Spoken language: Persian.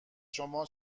شما